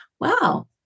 Wow